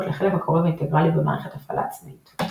לחלק מקורי ואינטגרלי במערכת הפעלה עצמאית.